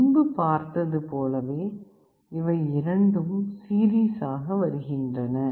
முன்பு பார்த்தது போலவே இவை இரண்டும் சீரிஸ் ஆக வருகின்றன